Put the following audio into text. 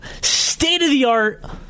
state-of-the-art